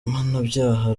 mpanabyaha